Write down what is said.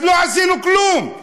אז לא עשינו כלום.